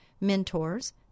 mentors